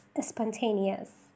spontaneous